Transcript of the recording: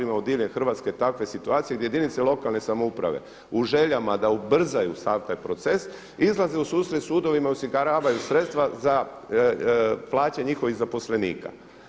Imamo diljem Hrvatske takve situacije gdje jedinice lokalne samouprave u željama da ubrzaju sav taj proces izlaze u susret sudovima, osiguravaju sredstva za plaće njihovih zaposlenika.